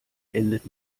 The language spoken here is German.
endet